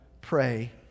pray